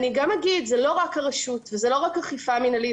זה לא רק הרשות וזה לא רק אכיפה מנהלית,